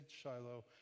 Shiloh